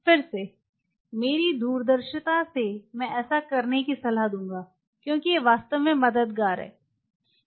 फिर से मेरी दूरदर्शिता से मैं ऐसा करने की सलाह दूंगा क्योंकि यह वास्तव में मददगार है